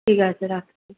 ঠিক আছে রাখছি